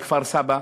לכפר-סבא?